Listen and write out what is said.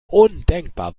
undenkbar